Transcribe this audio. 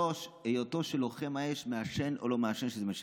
3. היותו של לוחם האש מעשן או לא מעשן, שזה משנה.